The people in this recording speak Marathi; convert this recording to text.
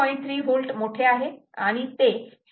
3 V मोठे आहे आणि ते 6